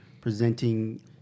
presenting